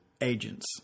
agents